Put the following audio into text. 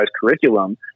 curriculum